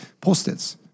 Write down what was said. post-its